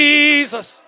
Jesus